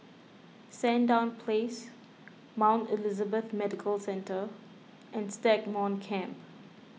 Sandown Place Mount Elizabeth Medical Centre and Stagmont Camp